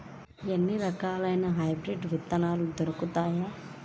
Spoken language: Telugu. ఎన్ని రకాలయిన హైబ్రిడ్ విత్తనాలు దొరుకుతాయి?